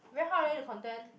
very hard leh the content